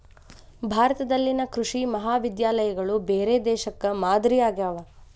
ಭಾರತದಲ್ಲಿನ ಕೃಷಿ ಮಹಾವಿದ್ಯಾಲಯಗಳು ಬೇರೆ ದೇಶಕ್ಕೆ ಮಾದರಿ ಆಗ್ಯಾವ